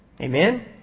Amen